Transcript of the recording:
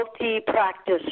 multi-practice